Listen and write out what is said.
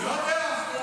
מה אתה עונה לו בכלל.